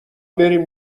بریم